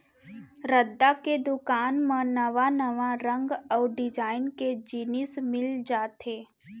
रद्दा के दुकान म नवा नवा रंग अउ डिजाइन के जिनिस मिल जाथे